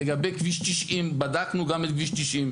לגבי כביש 90, בדקנו גם את כביש 90,